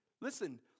Listen